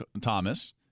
Thomas